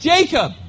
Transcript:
Jacob